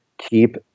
keep